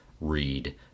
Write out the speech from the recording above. read